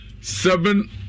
seven